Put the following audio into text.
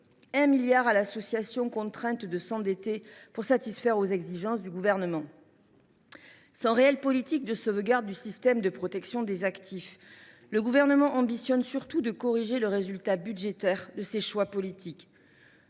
un milliard d’euros à l’association, contrainte de s’endetter pour satisfaire aux exigences du Gouvernement. Sans réelle politique de sauvegarde du système de protection des actifs, le Gouvernement ambitionne surtout de corriger le résultat budgétaire de ses choix politiques.